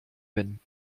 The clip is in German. bin